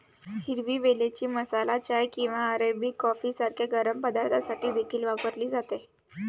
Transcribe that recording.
हिरवी वेलची मसाला चाय किंवा अरेबिक कॉफी सारख्या गरम पदार्थांसाठी देखील वापरली जाते